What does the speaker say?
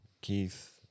Keith